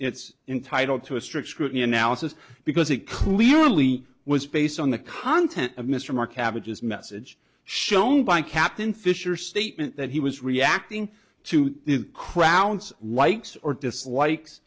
it's entitle to a strict scrutiny analysis because it clearly was based on the content of mr maher cabbages message shown by captain fischer statement that he was reacting to the crowd's likes or dislikes